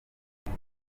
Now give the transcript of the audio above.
niho